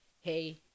Hey